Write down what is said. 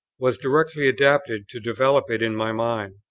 was directly adapted to develope it in my mind.